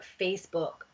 Facebook